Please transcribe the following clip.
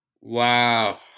Wow